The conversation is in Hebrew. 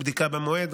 בדיקה במועד.